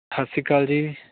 ਸਤਿ ਸ਼੍ਰੀ ਅਕਾਲ ਜੀ